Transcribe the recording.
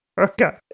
Okay